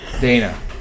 Dana